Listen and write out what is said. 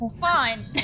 Fine